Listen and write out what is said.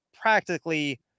practically